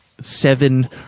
seven